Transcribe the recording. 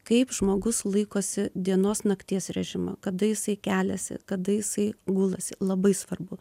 kaip žmogus laikosi dienos nakties režimo kada jisai keliasi kada jisai gulasi labai svarbu